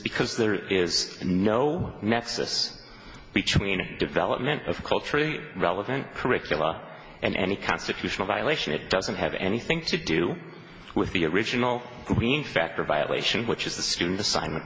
because there is no nexus between development of kultury relevant curricula and any constitutional violation it doesn't have anything to do with the original we in fact violation which is the student assignment